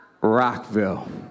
Rockville